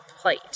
plate